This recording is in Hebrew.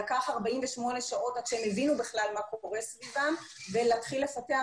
לקח 48 שעות עד שהם הבינו בכלל מה קורה סביבם ולהתחיל לפתח